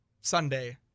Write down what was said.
Sunday